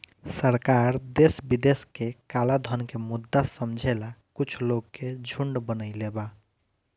सरकार देश विदेश के कलाधन के मुद्दा समझेला कुछ लोग के झुंड बनईले बा